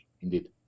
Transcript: indeed